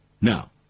Now